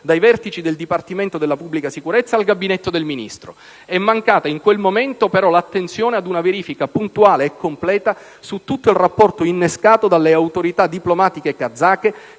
dai vertici del Dipartimento della Pubblica sicurezza al Gabinetto del Ministro. È mancata in quel momento però l'attenzione ad una verifica puntuale e completa su tutto il rapporto innescato dalle autorità diplomatiche kazake